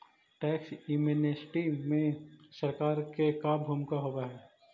tax amnesty में सरकार के का भूमिका होव हई